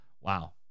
wow